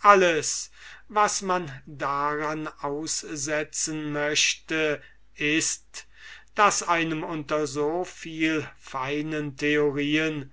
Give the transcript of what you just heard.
alles was man daran aussetzen möchte ist daß einem unter so viel feinen theorien